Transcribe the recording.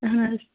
اہَن حظ